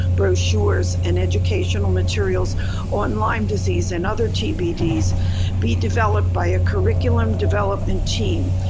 brochures, and educational materials on lyme disease and other tbds be developed by a curriculum development team.